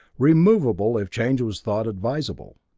removable if change was thought advisable.